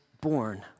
born